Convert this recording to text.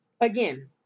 again